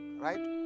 right